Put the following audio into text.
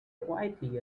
quietly